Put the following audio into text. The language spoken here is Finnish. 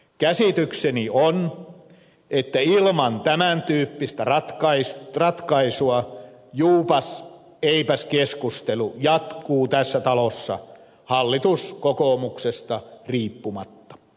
käsitykseni on että ilman tämän tyyppistä ratkaisua juupaseipäs keskustelu jatkuu tässä talossa hallituskokoomuksesta riippumatta